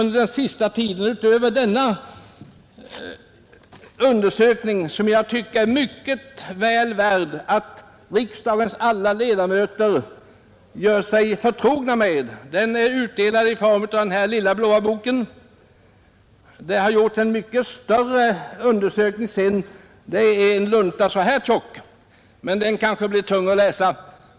Den undersökningen tycker jag är väl värd att riksdagens alla ledamöter gör sig förtrogna med — den har publicerats i denna lilla blå bok som har utdelats till ledamöterna. Det har senare gjorts en mycket större undersökning som publicerats i en tjock lunta, som kanske blir för tung att läsa.